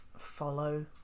follow